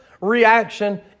reaction